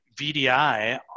VDI